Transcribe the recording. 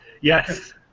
Yes